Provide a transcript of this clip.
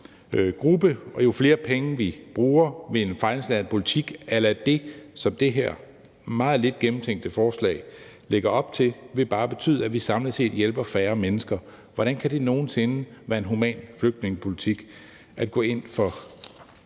bruger flere penge til en fejlslagen politik a la det, som det her meget lidt gennemtænkte forslag lægger op til, vil det bare betyde, at vi samlet set hjælper færre mennesker. Hvordan kan det nogen sinde være en human flygtningepolitik at gå ind for